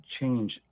change